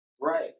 Right